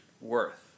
worth